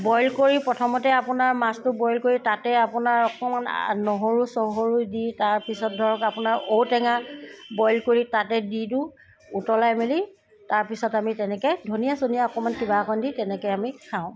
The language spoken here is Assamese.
বইল কৰি প্ৰথমতে আপোনাৰ মাছটো বইল কৰি তাতে আপোনাৰ অকণমান নহৰু চহৰু দি তাৰপিছত ধৰক আপোনাৰ ঔটেঙা বইল কৰি তাতে দি দিওঁ উতলাই মেলি তাৰপিছত আমি তেনেকৈ ধনিয়া চনিয়া অকণমান কিবা অকণ দি তেনেকৈ আমি খাওঁ